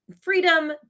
freedom